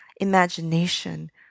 imagination